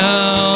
Now